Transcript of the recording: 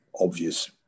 obvious